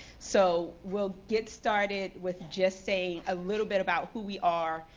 so we'll get started with just saying a little bit about who we are,